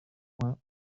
points